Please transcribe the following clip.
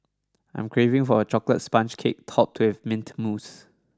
I am craving for a chocolate sponge cake topped with mint mousse